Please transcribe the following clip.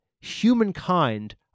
humankind